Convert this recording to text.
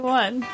one